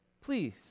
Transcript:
please